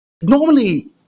Normally